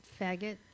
faggot